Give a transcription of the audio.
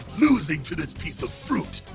losing to this piece of fruit.